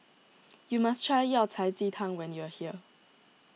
you must try Yao Cai Ji Tang when you are here